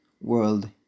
world